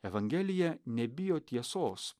evangelija nebijo tiesos